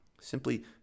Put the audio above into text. simply